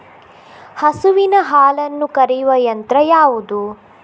ಹಸುವಿನ ಹಾಲನ್ನು ಕರೆಯುವ ಯಂತ್ರ ಯಾವುದು?